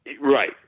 Right